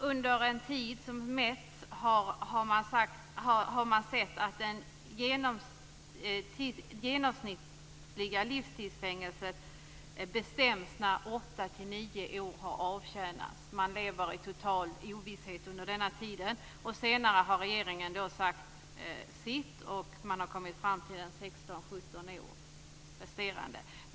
Under en viss tid har man sett att det genomsnittliga livstidsstraffet tidsbestäms när mellan åtta och nio år har avtjänats. Under den tiden lever man i total ovisshet. Sedan har regeringen sagt sitt, och man har kommit fram till en resterande tid på ca 16-17 år.